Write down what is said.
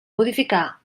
modificar